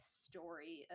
story